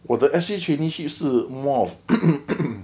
我的 S_G traineeship 是 more of